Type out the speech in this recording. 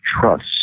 Trust